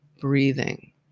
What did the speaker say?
breathing